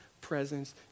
presence